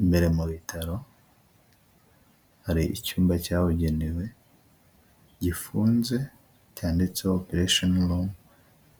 Imbere mu bitaro hari icyumba cyabugenewe gifunze, cyanditseho operesheni rumu,